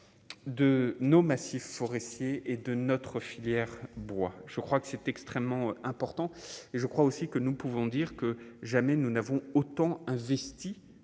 de nos massifs forestiers et de notre filière bois je crois que c'est extrêmement important et je crois aussi que nous pouvons dire que jamais nous n'avons autant investi